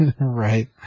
Right